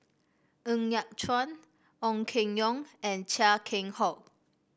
Ng Yat Chuan Ong Keng Yong and Chia Keng Hock